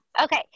Okay